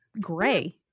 gray